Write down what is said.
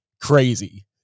Crazy